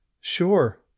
Sure